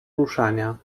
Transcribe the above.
ruszania